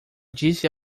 disse